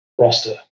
roster